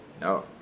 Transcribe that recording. no